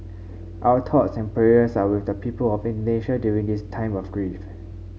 our thoughts and prayers are with the people of Indonesia during this time of grief